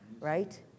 right